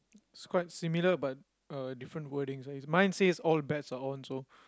it's quite similar but uh different wordings ah mine says all bets are on so